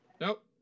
Nope